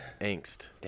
angst